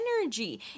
energy